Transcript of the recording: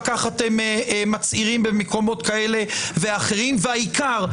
כך אתם מצהירים במקומות כאלה ואחרים; והעיקר,